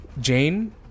Jane